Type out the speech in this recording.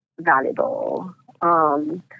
valuable